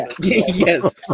Yes